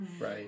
Right